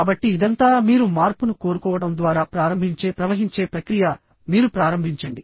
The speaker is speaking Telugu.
కాబట్టి ఇదంతా మీరు మార్పును కోరుకోవడం ద్వారా ప్రారంభించే ప్రవహించే ప్రక్రియ మీరు ప్రారంభించండి